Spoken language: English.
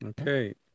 Okay